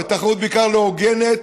ותחרות בעיקר לא הוגנת,